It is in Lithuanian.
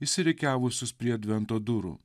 išsirikiavusius prie advento durų